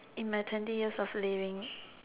in my twenty years of living